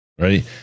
Right